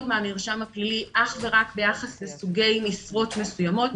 מהמרשם הפלילי אך ורק ביחס לגבי משרות מסוימות,